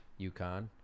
UConn